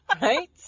Right